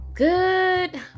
Good